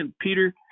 Peter